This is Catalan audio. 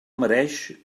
mereix